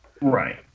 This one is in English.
Right